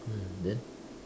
mm then